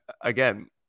again